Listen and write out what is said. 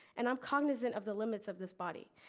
and i'm cognizant of the limits of this body.